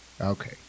okay